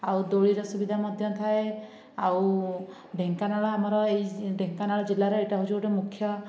ଆଉ ଦୋଳିର ସୁବିଧା ମଧ୍ୟ ଥାଏ ଆଉ ଢେଙ୍କାନାଳ ଆମର ଏହି ଢେଙ୍କାନାଳ ଜିଲ୍ଲାର ଏଇଟା ହେଉଛି ଗୋଟିଏ ମୁଖ୍ୟ